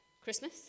Christmas